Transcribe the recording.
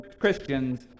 Christians